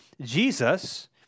Jesus